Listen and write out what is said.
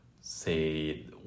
say